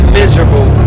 miserable